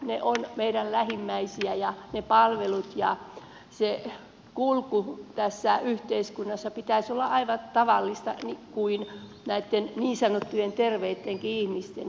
he ovat meidän lähimmäisiä ja se kulku tässä yhteiskunnassa pitäisi olla aivan tavallista niin kuin näitten niin sanottujen terveittenkin ihmisten